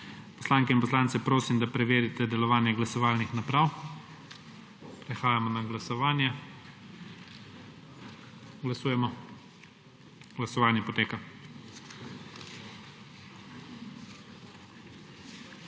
Poslanke in poslance prosim, da preverite delovanje glasovalnih naprav. Prehajamo na glasovanje. Glasujemo. Navzočih